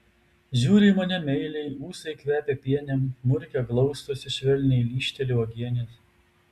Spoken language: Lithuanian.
žiūri į mane meiliai ūsai kvepia pienėm murkia glaustosi švelniai lyžteli uogienės